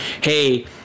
hey